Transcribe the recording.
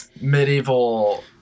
medieval